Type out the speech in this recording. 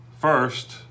First